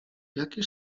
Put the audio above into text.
jakiż